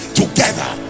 together